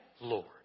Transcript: Lord